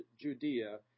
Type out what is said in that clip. Judea